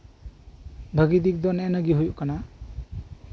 ᱞᱟᱹᱜᱤᱫ ᱛᱮᱫᱚ ᱦᱩᱭᱩᱜ ᱠᱟᱱᱟ